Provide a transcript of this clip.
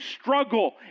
struggle